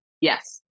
Yes